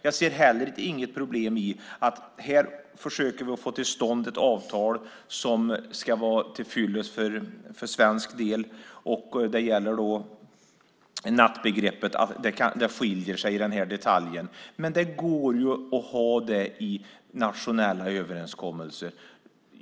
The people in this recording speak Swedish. Jag ser inte heller något problem i att vi försöker få till stånd ett avtal som ska vara tillfyllest för svensk del. Nattbegreppet skiljer sig i den här detaljen, men det går att ta in det i nationella överenskommelser.